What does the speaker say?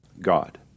God